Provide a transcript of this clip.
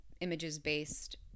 images-based